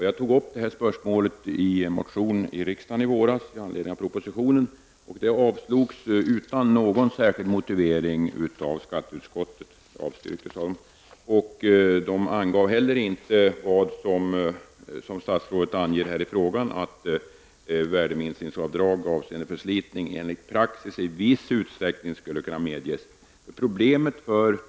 Jag tog upp detta spörsmål i en motion i riksdagen i våras med anledning av propositionen, och den avstyrktes utan någon särskild motivering av skatteutskottet. Statsrådet angav i sitt svar att värdeminskningsavdrag avseende förslitning enligt praxis i viss utsträckning skulle kunna medges, och det var något som utskottet inte heller nämnde.